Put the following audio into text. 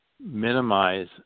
minimize